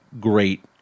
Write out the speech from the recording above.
great